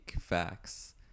facts